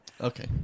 okay